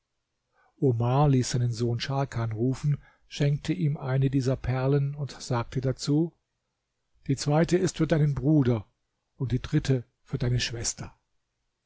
omar ließ seinen sohn scharkan rufen schenkte ihm eine dieser perlen und sagte dazu die zweite ist für deinen bruder und die dritte für deine schwester